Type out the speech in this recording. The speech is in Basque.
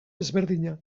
ezberdina